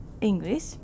English